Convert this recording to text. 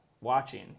watching